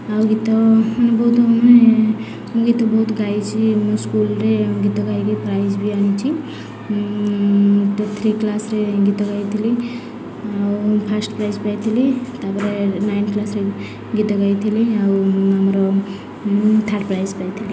ଆଉ ଗୀତ ମାନେ ବହୁତ ମାନେ ଗୀତ ବହୁତ ଗାଇଛିି ମୁଁ ସ୍କୁଲ୍ରେ ଗୀତ ଗାଇକି ପ୍ରାଇଜ୍ ବି ଆଣିଛିି ଥ୍ରୀ କ୍ଲାସ୍ରେ ଗୀତ ଗାଇଥିଲି ଆଉ ଫାର୍ଷ୍ଟ ପ୍ରାଇଜ୍ ପାଇଥିଲି ତାପରେ ନାଇନ୍ କ୍ଲାସ୍ରେ ଗୀତ ଗାଇଥିଲି ଆଉ ଆମର ମୁଁ ଥାର୍ଡ଼ ପ୍ରାଇଜ୍ ପାଇଥିଲି